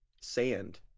sand